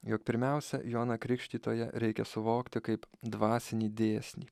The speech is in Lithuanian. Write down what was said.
jog pirmiausia joną krikštytoją reikia suvokti kaip dvasinį dėsnį